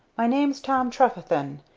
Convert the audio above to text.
my name's tom trefethen,